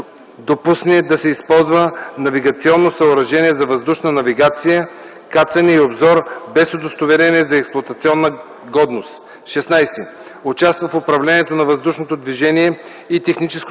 допусне да се използва навигационно съоръжение за въздушна навигация, кацане и обзор без удостоверение за експлоатационна годност; 16. участва в управлението на въздушното движение и техническото осигуряване